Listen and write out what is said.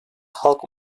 halk